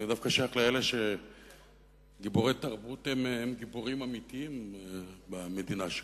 אני דווקא שייך לאלה שגיבורי תרבות הם גיבורים אמיתיים במדינה שלי.